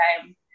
time